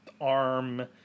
arm